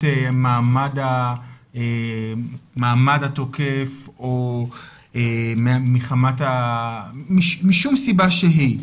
מחמת מעמד התוקף או משום סיבה שהיא,